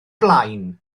blaen